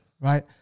right